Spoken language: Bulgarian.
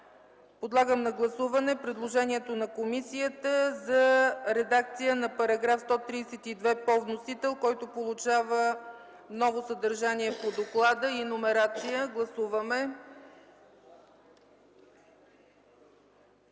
Подлагам на гласуване предложението на комисията за редакция на § 132 по вносител, който получава ново съдържание по доклада и номерация. Гласували